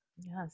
Yes